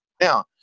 Now